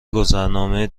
گذرنامه